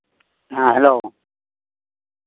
ᱦᱮᱸ ᱦᱮᱞᱳ